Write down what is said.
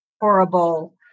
horrible